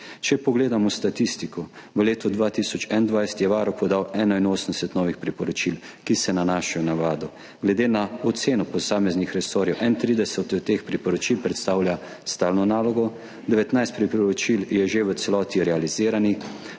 Če pogledamo statistiko. V letu 2021 je Varuh podal 81 novih priporočil, ki se nanašajo na Vlado. Glede na oceno posameznih resorjev 31 od teh priporočil predstavlja stalno nalogo, 19 priporočil je že v celoti realiziranih,